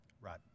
Right